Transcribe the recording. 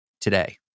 today